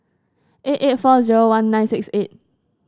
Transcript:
eight eight four zero one nine six eight